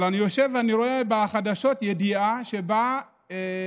אבל אני יושב ורואה בחדשות ידיעה שאיש